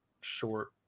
short